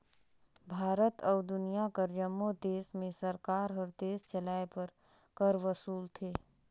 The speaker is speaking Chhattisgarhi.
भारत अउ दुनियां कर जम्मो देस में सरकार हर देस चलाए बर कर वसूलथे